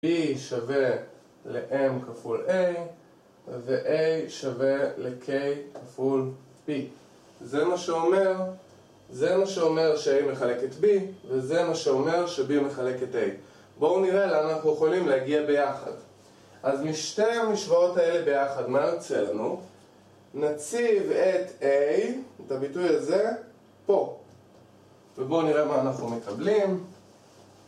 b שווה ל-m כפול a ו-a שווה ל-k כפול b. זה מה שאומר... זה מה שאומר ש-a מחלקת b וזה מה שאומר ש-b מחלקת a בואו נראה לאן אנחנו יכולים להגיע ביחד. אז משתי המשוואות האלה ביחד מה יוצא לנו? נציב את a, את הביטוי הזה, פה ובואו נראה מה אנחנו מקבלים.